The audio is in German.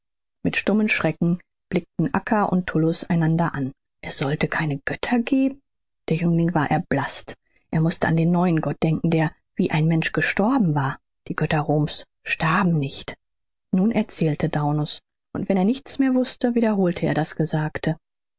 mit stummem schrecken blickten acca und tullus einander an es sollte keine götter geben der jüngling war erblaßt er mußte an den neuen gott denken der wie ein mensch gestorben war die götter roms starben nicht nun erzählte daunus und wenn er nichts mehr wußte wiederholte er das gesagte